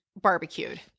barbecued